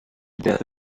death